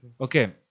okay